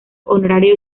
honorario